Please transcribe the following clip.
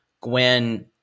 Gwen